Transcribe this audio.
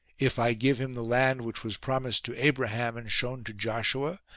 if i give him the land which was promised to abraham and shown to joshua,